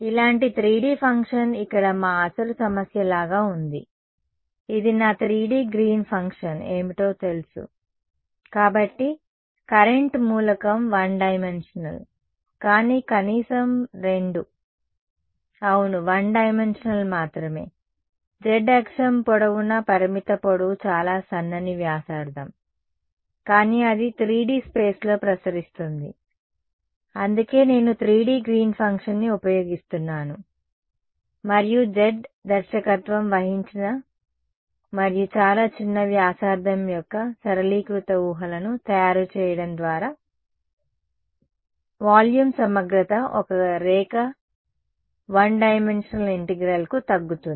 ఇలాంటి 3D green function ఇక్కడ మా అసలు సమస్య లాగా ఉంది ఇది నా 3D గ్రీన్ ఫంక్షన్ ఏమిటో తెలుసు కాబట్టి కరెంట్ మూలకం వన్ డైమెన్షనల్ కానీ కనీసం రెండు అవును వన్ డైమెన్షనల్ మాత్రమే z అక్షం పొడవునా పరిమిత పొడవు చాలా సన్నని వ్యాసార్థం కానీ అది 3D స్పేస్లో ప్రసరిస్తుంది అందుకే నేను 3D గ్రీన్ ఫంక్షన్ని ఉపయోగిస్తున్నాను మరియు z దర్శకత్వం వహించిన మరియు చాలా చిన్న వ్యాసార్థం యొక్క సరళీకృత ఊహలను తయారు చేయడం ద్వారా వాల్యూమ్ సమగ్రత ఒక రేఖ వన్ డైమెన్షనల్ ఇంటెగ్రల్కు తగ్గుతుంది